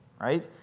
right